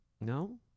No